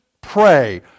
pray